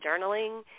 journaling